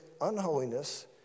unholiness